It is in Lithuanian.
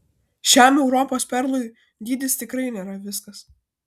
šiam europos perlui dydis tikrai nėra viskas